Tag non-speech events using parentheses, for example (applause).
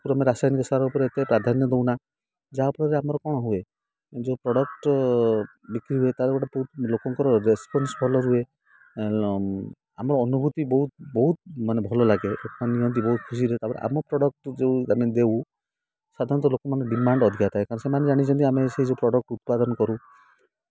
ରାସାୟନିକ ସାର ଉପରେ ଏତେ ପ୍ରାଧାନ୍ୟ ଦେଉନା ଯାହାଫଳରେ ଆମର କ'ଣ ହୁଏ ଯେଉଁ ପ୍ରଡ଼କ୍ଟ ବିକ୍ରି ହୁଏ ତା' (unintelligible) ଲୋକଙ୍କର ରେସପନ୍ସ ଭଲ ରୁହେ ଆମର ଅନୁଭୂତି ବହୁତ ବହୁତ ମାନେ ଭଲ ଲାଗେ ଲୋକମାନେ ନିଅନ୍ତି ବହୁତ ଖୁସିରେ ତା'ପରେ ଆମ ପ୍ରଡ଼କ୍ଟ ଯେଉଁ ଆମେ ଦେଉ ସାଧାରଣତଃ ଲୋକମାନେ ଡିମାଣ୍ଡ ଅଧିକା ଥାଏ କାରଣ ସେମାନେ ଜାଣିଛନ୍ତି ଆମେ ସେ ଯେଉଁ ପ୍ରଡ଼କ୍ଟ ଉତ୍ପାଦନ କରୁ